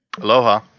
Aloha